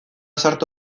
sartu